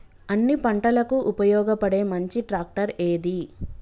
అన్ని పంటలకు ఉపయోగపడే మంచి ట్రాక్టర్ ఏది?